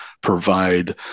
provide